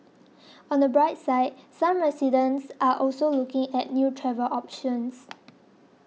on the bright side some residents are also looking at new travel options